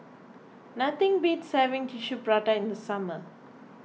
nothing beats having Tissue Prata in the summer